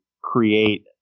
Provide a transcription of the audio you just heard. create